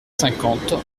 cinquante